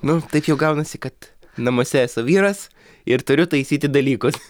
nu taip jau gaunasi kad namuose esu vyras ir turiu taisyti dalykus